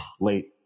late